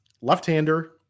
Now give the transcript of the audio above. Left-hander